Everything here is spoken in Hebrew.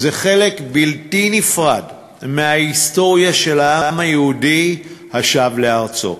זה חלק בלתי נפרד מההיסטוריה של העם היהודי השב לארצו.